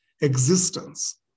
existence